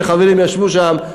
שחברים ישבו שם,